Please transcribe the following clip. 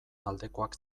aldekoak